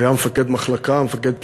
הוא היה מפקד מחלקה, מפקד פלוגה,